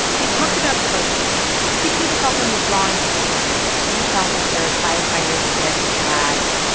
they talked about helpers you could see this, also, in the drawings that the children made police officers, firefighters, american flags.